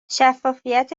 شفافیت